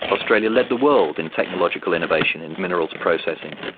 australia led the world in technological innovation in minerals processing,